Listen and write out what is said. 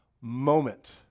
moment